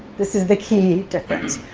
this is the key difference.